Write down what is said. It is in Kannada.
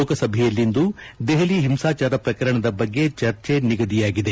ಲೋಕಸಭೆಯಲ್ಲಿಂದು ದೆಹಲಿ ಹಿಂಸಾಚಾರ ಪ್ರಕರಣದ ಬಗ್ಗೆ ಚರ್ಚೆ ನಿಗದಿಯಾಗಿದೆ